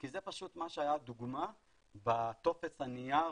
כי זו פשוט מה שהיה לדוגמה בטופס הנייר